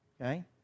Okay